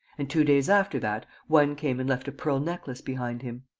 and, two days after that, one came and left a pearl necklace behind him.